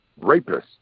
rapists